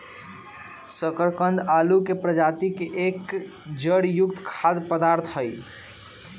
शकरकंद आलू के प्रजाति के एक जड़ युक्त खाद्य पदार्थ हई